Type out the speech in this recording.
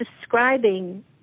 describing